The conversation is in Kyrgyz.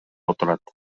отурат